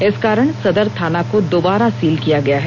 इस कारण सदर थाना को दोबारा सील किया गया है